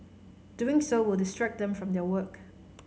doing so will distract them from their work